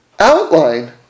outline